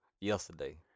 Yesterday